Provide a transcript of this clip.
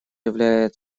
являет